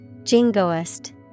jingoist